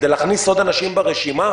כדי להכניס עוד אנשים ברשימה?